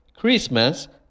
Christmas